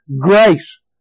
grace